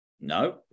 No